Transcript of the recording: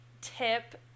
tip